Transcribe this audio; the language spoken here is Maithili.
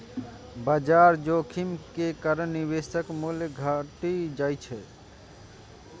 बाजार जोखिम के कारण निवेशक मूल्य घटि जाइ छै